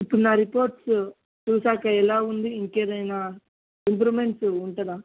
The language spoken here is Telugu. ఇప్పుడు నా రిపోర్ట్స్ చూసాక ఎలా ఉంది ఇంకేదైనా ఇంప్రూవ్మెంట్స్ ఉంటుందా